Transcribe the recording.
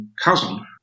cousin